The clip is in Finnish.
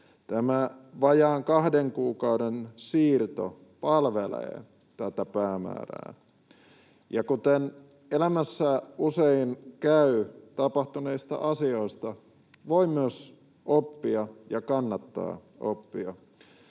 Tämä vajaan kahden kuukauden siirto palvelee tätä päämäärää. Ja kuten elämässä usein käy, tapahtuneista asioista voi myös oppia ja kannattaa oppia.